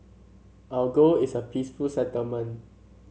our goal is a peaceful settlement